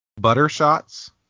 buttershots